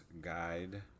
Guide